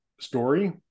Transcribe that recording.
story